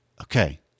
okay